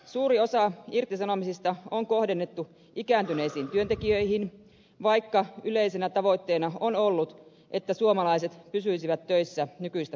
suuri osa irtisanomisista on kohdennettu ikääntyneisiin työntekijöihin vaikka yleisenä tavoitteena on ollut että suomalaiset pysyisivät töissä nykyistä pidempään